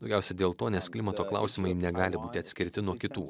daugiausiai dėl to nes klimato klausimai negali būti atskirti nuo kitų